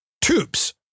tubes